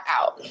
out